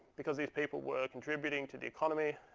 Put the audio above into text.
because these people were contributing to the economy,